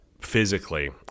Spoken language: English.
Physically